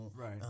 Right